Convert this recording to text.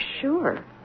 sure